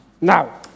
Now